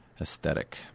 Aesthetic